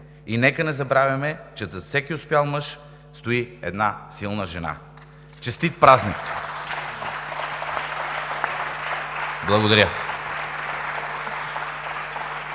И нека не забравяме, че зад всеки успял мъж стои една силна жена! Честит празник!